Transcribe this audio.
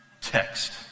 text